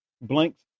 Blanks